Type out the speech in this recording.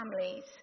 families